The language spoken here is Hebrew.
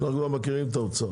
אנחנו כבר מכירים את האוצר.